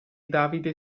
davide